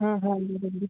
हां हां